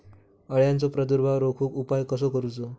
अळ्यांचो प्रादुर्भाव रोखुक उपाय कसो करूचो?